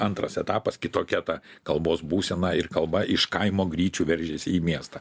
antras etapas kitokia ta kalbos būsena ir kalba iš kaimo gryčių veržiasi į miestą